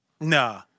nah